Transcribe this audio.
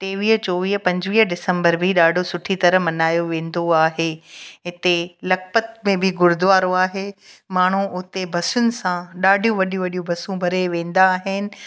टेवीह चौवीह पंजवीह डिसम्बर बि ॾाढो सुठी तरह मल्हायो वेंदो आहे इते लखपत में बि गुरुद्वारो आहे माण्हू उते बसियुनि सां ॾाढियूं वॾी वॾी बसूं भरे वेंदा आहिनि